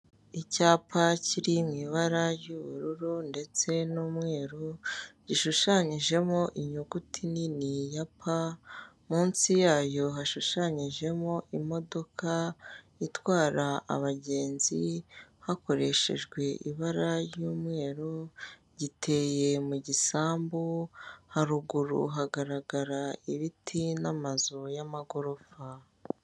Icyapa kiri mu ibara ry'ubururu ndetse n'umweru gishushanyijemo inyuguti nini ya pa, munsi yayo hashushanyijemo imodoka itwara abagenzi hakoreshejwe ibara ry'umweru giteye mu gisambu, haruguru hagaragara ibiti n'amazu y'amagorofa.